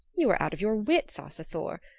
you are out of your wits, asa thor.